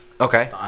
Okay